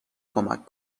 کمک